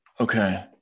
Okay